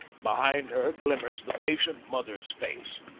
behind her glimmers the patient mother's face.